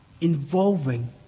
involving